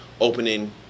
opening